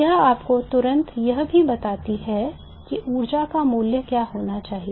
यह आपको तुरंत यह भी बताता है कि ऊर्जा का मूल्य क्या होना चाहिए